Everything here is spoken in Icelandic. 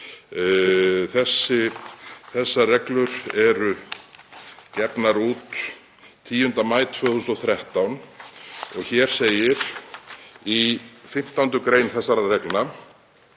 Þessar reglur voru gefnar út 10. maí 2013 og hér segir í 15. gr. þessara reglna,